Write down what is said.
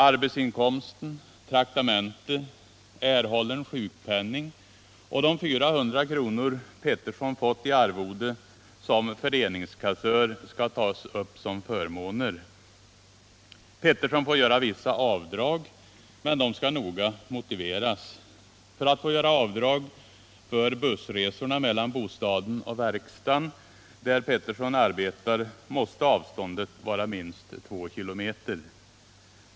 Arbetsinkomsten, traktamente, erhållen sjukpenning och de 400 kr. Pettersson fått i arvode som föreningskassör skall tas upp som förmåner. Pettersson får göra vissa avdrag, men de skall noga motiveras. För att han skall få göra avdrag för bussresorna mellan bostaden och verkstan där Pettersson arbetar måste avståndet vara minst två kilometer.